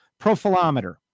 profilometer